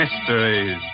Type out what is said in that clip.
Mysteries